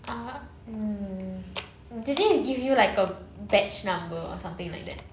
ah uh did they give you like a batch number or something like that